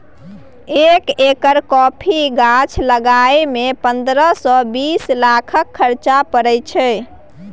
एक एकर मे कॉफी गाछ लगाबय मे पंद्रह सँ बीस लाखक खरचा परय छै